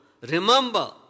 remember